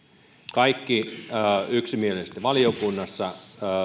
kaikki yksimielisesti valiokunnassa